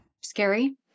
scary